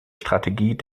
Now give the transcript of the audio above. strategie